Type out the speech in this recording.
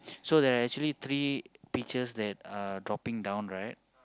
so there are actually three peaches that are dropping down right